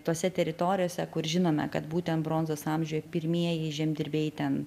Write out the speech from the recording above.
tose teritorijose kur žinome kad būtent bronzos amžiuje pirmieji žemdirbiai ten